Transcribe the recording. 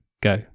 go